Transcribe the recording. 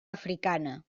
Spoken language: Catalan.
africana